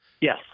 Yes